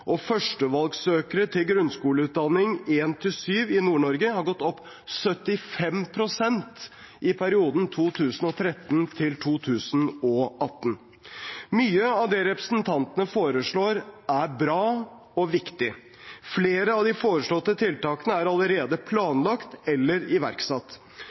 til grunnskoleutdanning for trinn 1–7 i Nord-Norge har gått opp 75 pst. i perioden 2013–2018. Mye av det representantene foreslår, er bra og viktig. Flere av de foreslåtte tiltakene er allerede planlagt eller iverksatt.